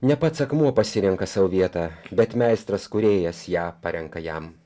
ne pats akmuo pasirenka savo vietą bet meistras kūrėjas ją parenka jam